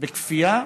בכפייה,